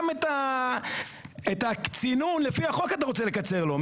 גם את הצינון לפי החוק אתה רוצה לקצר לו.